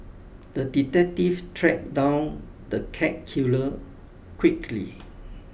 the detective tracked down the cat killer quickly